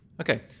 Okay